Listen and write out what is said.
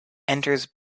enters